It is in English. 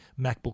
MacBook